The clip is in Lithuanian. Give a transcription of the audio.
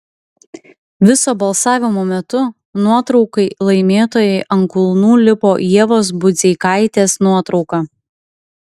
viso balsavimo metu nuotraukai laimėtojai ant kulnų lipo ievos budzeikaitės nuotrauka